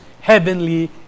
heavenly